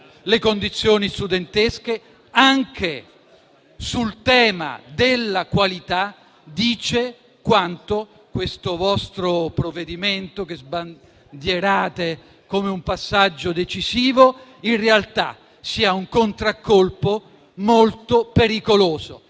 le condizioni studentesche, anche sul tema della qualità, dice quanto questo vostro provvedimento, che sbandierate come un passaggio decisivo, in realtà sia un contraccolpo molto pericoloso.